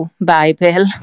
Bible